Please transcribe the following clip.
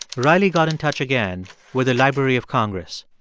riley got in touch again with the library of congress.